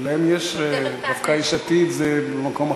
אבל דווקא יש עתיד במקום אחר.